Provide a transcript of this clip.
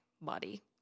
body